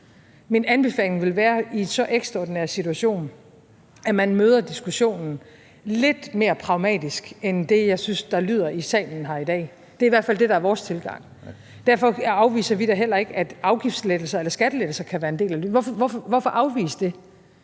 Min anbefaling vil være i så ekstraordinær en situation, at man møder diskussionen lidt mere pragmatisk end det, jeg synes der lyder her i salen i dag. Det er i hvert fald det, der er vores tilgang. Derfor afviser vi da heller ikke, at afgiftslettelser eller skattelettelser kan være en del af det. Hvorfor afvise det?